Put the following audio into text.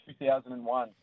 2001